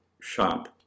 shop